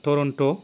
Toronto